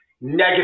negative